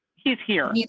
he's here,